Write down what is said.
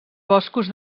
boscos